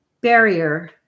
barrier